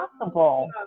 possible